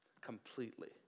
completely